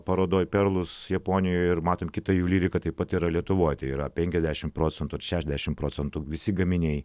parodoj perlus japonijoje ir matom kitą jų lygį taip pat yra lietuvoje yra penkiasdešim procentų šešiasdešimt procentų visi gaminiai